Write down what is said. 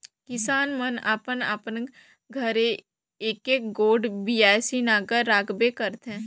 किसान मन अपन अपन घरे एकक गोट बियासी नांगर राखबे करथे